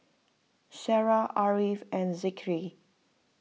Sarah Ariff and Zikri